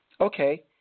okay